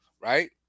Right